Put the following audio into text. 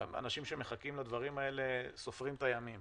האנשים שמחכים לדברים האלה סופרים את הימים